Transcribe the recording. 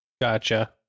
Gotcha